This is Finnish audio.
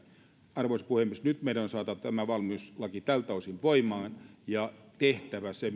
arvoisa puhemies nyt meidän on saatava valmiuslaki tältä osin voimaan ja tehtävä se